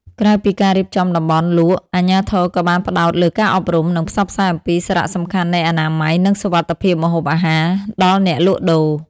ក្រៅពីការរៀបចំតំបន់លក់ អាជ្ញាធរក៏បានផ្តោតលើការអប់រំ និងផ្សព្វផ្សាយអំពីសារៈសំខាន់នៃ អនាម័យ និងសុវត្ថិភាពម្ហូបអាហារ ដល់អ្នកលក់ដូរ ។